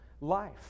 life